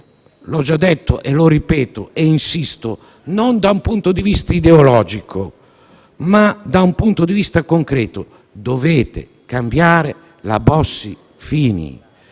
l'ho già detto e lo ripeto e insisto - non dal punto di vista ideologico, ma dal punto di vista concreto? Dovete cambiare la legge Bossi-Fini.